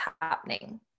happening